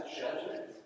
judgment